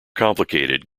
complicated